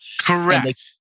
Correct